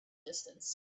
distance